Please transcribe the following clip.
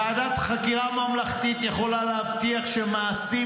ועדת חקירה ממלכתית יכולה להבטיח שמעשים